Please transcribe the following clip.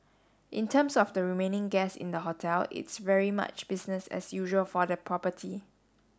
in terms of the remaining guess in the hotel it's very much business as usual for the property